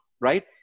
right